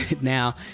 now